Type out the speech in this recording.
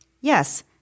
Yes